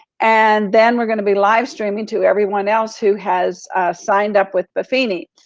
and then we're gonna be live streaming to everyone else who has signed up with buffini.